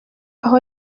aho